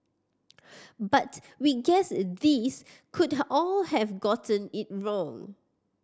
but we guess these could all have gotten it wrong